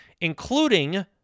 including